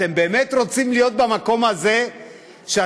אתם באמת רוצים להיות במקום הזה שאתם